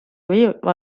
viivad